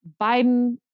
Biden